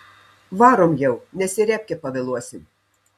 varom jau nes į repkę pavėluosim